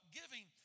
giving